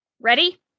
Ready